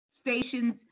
stations